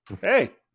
hey